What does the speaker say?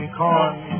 corn